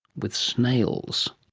with snails.